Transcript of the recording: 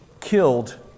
killed